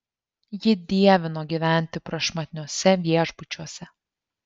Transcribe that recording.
ji dievino gyventi prašmatniuose viešbučiuose